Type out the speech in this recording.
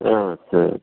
సరే